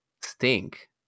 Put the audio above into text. stink